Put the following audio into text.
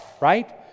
right